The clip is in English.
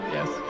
Yes